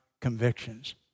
convictions